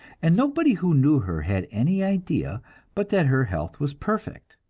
and nobody who knew her had any idea but that her health was perfect.